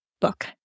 book